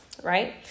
right